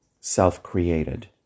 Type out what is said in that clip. self-created